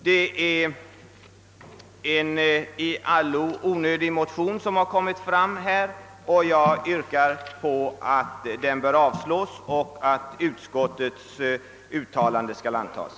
Den framlagda motionen är i allo onödig, och jag yrkar på att den avslås och att utskottets hemställan bifalles.